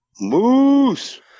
Moose